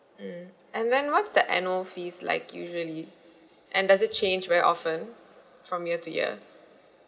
mm and then what's the annual fees like usually and does it change very often from year to year